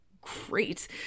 great